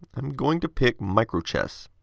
i'm going to pick microchess.